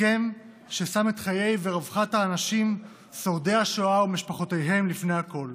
הסכם ששם את חייהם ורווחתם של האנשים שורדי השואה ומשפחותיהם לפני הכול.